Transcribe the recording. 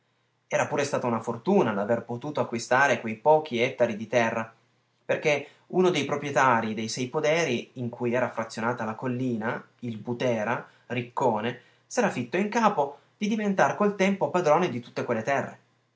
era pure stata una fortuna l'aver potuto acquistare quei pochi ettari di terra perché uno dei proprietarii dei sei poderi in cui era frazionata la collina il butera riccone s'era fitto in capo di diventar col tempo padrone di tutte quelle terre